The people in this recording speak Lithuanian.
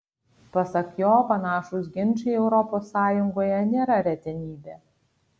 pasak jo panašūs ginčai europos sąjungoje nėra retenybė